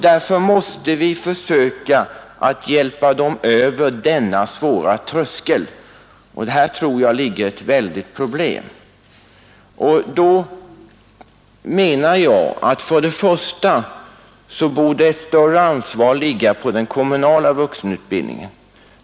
Därför måste vi försöka hjälpa dem över denna tröskel. Det är detta som jag tror är det stora problemet, och därför menar jag att ett större ansvar härför borde läggas på den kommunala vuxenutbildningen.